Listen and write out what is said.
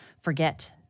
forget